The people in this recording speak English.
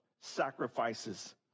sacrifices